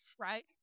Right